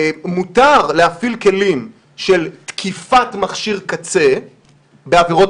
מותר להפעיל כלים של תקיפת מכשיר קצה בעבירות